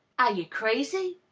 are ye crazy?